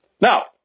Now